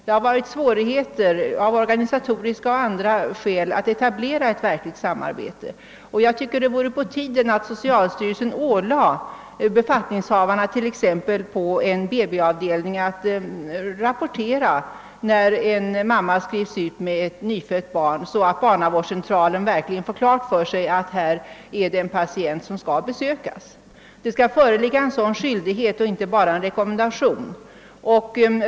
Av organisatoriska och andra skäl har det varit svårt att etablera ett verkligt samarbete. Det vore på tiden att socialstyrelsen ålade befattningshavarna på t.ex. en BB-avdelning att rapportera när en mamma skrivs ut med ett nyfött barn, så att barnavårdscentralen verkligen får klart för sig att här är det en patient som skall besökas. Det skall föreligga en skyldighet att göra detta. Det räcker inte med en rekommendation.